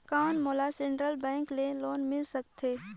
कौन मोला central bank ले लोन मिल सकथे?